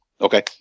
Okay